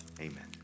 Amen